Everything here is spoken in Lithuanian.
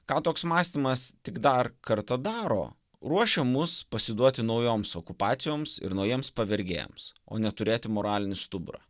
ką toks mąstymas tik dar kartą daro ruošia mus pasiduoti naujoms okupacijoms ir naujiems pavergėjams o ne turėti moralinį stuburą